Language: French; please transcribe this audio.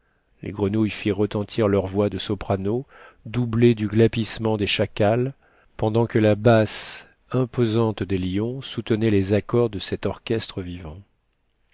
les grenouilles firent retentir leur voix de soprano doublée du glapissement des chacals pendant que la basse imposante des lions soutenait les accords de cet orchestre vivant